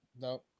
no